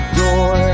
door